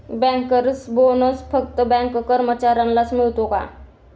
Bankers bonus फक्त bank कर्मचाऱ्यांनाच मिळतो का?